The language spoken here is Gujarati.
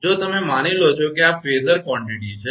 જો તમે માનો છો કે આ ફેઝર જથ્થો છે